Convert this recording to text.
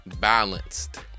balanced